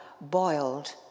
boiled